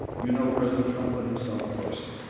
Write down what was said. you know president trump put himself first.